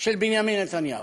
של בנימין נתניהו.